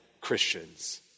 Christians